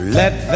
let